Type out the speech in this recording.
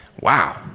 Wow